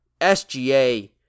SGA